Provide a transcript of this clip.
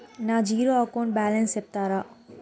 నా zero account balance సెప్తారా?